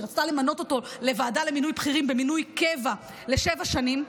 כשהיא רצתה למנות אותו לוועדה למינוי בכירים במינוי קבע לשבע שנים,